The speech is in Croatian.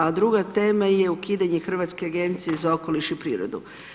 A druga tema je ukidanje Hrvatske agencije za okoliš i prirodu.